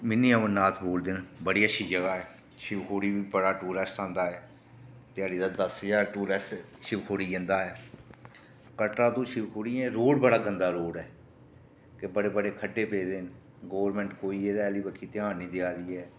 mini Amarnath बोलदे न बड़ी अच्छी जगह ऐ शिवखोड़ी बी बड़ा टुरिस्ट आंदा ऐ ध्याड़ी दा दस्स ज्हार टुरिस्ट शिवखोड़ी जंदा ऐ कटरा टू शिवखोड़ी रोड़ बड़ा गंदा रोड़ ऐ के बड्डे बड्डे खड्ढे पेदे न ते गौरमेंट कोई एह्दे आह्ली बक्खी ध्यान निं देआ दी ऐ